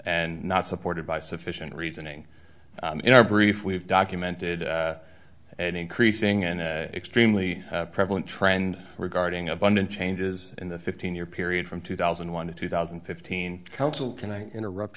and not supported by sufficient reasoning in our brief we have documented an increasing and extremely prevalent trend regarding abundant changes in the fifteen year period from two thousand and one to two thousand and fifteen council can i interrupt